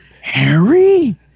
Harry